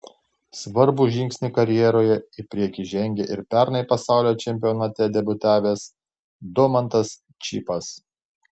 svarbų žingsnį karjeroje į priekį žengė ir pernai pasaulio čempionate debiutavęs domantas čypas